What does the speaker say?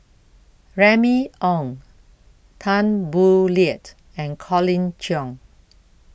Remy Ong Tan Boo Liat and Colin Cheong